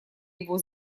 его